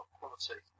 quality